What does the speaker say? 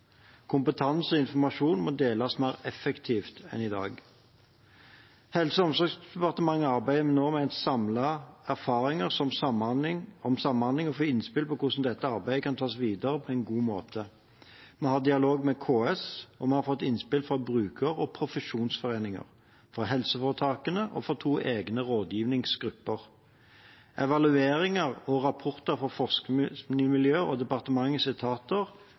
Kompetanse og informasjon må deles mer effektivt enn i dag. Helse- og omsorgsdepartementet arbeider nå med å samle erfaringer om samhandling og få innspill til hvordan dette arbeidet kan tas videre på en god måte. Vi har dialog med KS, og vi har fått innspill fra bruker- og profesjonsforeninger, fra helseforetakene og fra to egne rådgivningsgrupper. Evalueringer og rapporter fra forskningsmiljøer og departementets etater